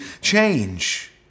change